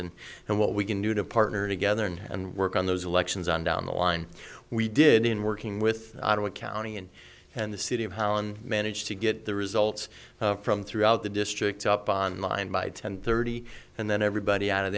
and and what we can do to partner together and work on those elections on down the line we did in working with our county and and the city of how on managed to get the results from throughout the district up on line by ten thirty and then everybody out of